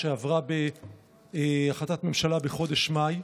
שעברה בהחלטת הממשלה בחודש מאי,